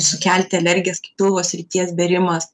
sukelti alergijas kaip pilvo srities bėrimas